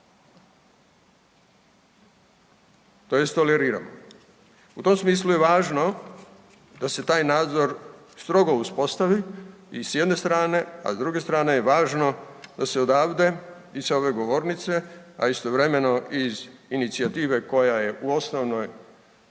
tj. toleriramo. U tom smislu je važno da se taj nadzor strogo uspostavi i s jedne strane, a s druge strane je važno da se odavde i sa ove govornice, a istovremeno i iz inicijative koja je u osnovnim